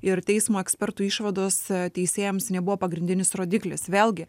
ir teismo ekspertų išvados teisėjams nebuvo pagrindinis rodiklis vėlgi